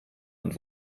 und